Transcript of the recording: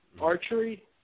Archery